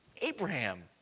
Abraham